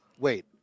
Wait